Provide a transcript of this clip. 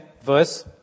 verse